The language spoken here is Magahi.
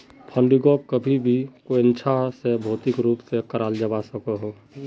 फंडिंगोक कभी भी कोयेंछा से भौतिक रूप से कराल जावा सकोह